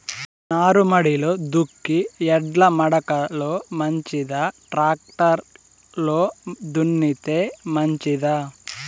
నారుమడిలో దుక్కి ఎడ్ల మడక లో మంచిదా, టాక్టర్ లో దున్నితే మంచిదా?